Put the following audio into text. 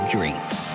Dreams